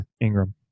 Ingram